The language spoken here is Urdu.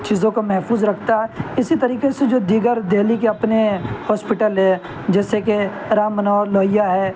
چیزوں کو محفوظ رکھتا ہے اسی طریقے سے جو دیگر دہلی کے اپنے ہاسپٹل ہیں جیسے کہ رام منوہر لوہیا ہے